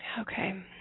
Okay